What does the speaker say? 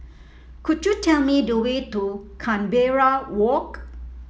could you tell me the way to Canberra Walk